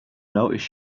noticed